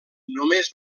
només